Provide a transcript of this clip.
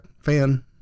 fan